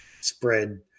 spread